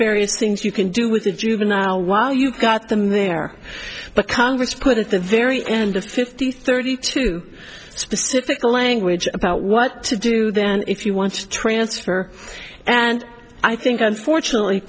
various things you can do with a juvenile while you've got them there but congress put at the very end of fifty thirty two specific language about what to do then if you want to transfer and i think unfortunately